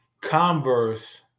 Converse